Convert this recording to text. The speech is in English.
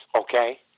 okay